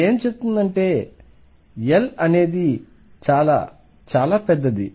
ఇదేమి చెబుతుందంటే L అనేది చాలా చాలా పెద్దది